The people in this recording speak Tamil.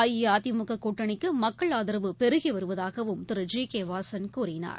அதிமுக கூட்டணிக்கு மக்கள் ஆதரவு பெருகி வருவதாகவும் திரு ஜி கே வாசன் கூறினார்